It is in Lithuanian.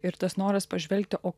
ir tas noras pažvelgti o